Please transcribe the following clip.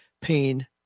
pain